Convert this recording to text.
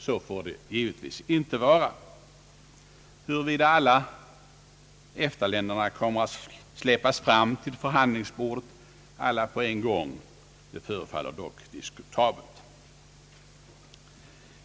Så får det givetvis inte vara. Huruvida alla EFTA-länderna kommer att släppas fram till förhandlingsbordet på en gång förefaller dock diskutabelt.